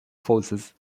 forces